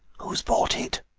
who has bought it?